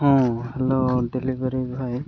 ହଁ hello delivery ଭଏ